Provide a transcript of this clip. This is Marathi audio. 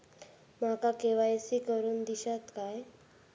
माका के.वाय.सी करून दिश्यात काय?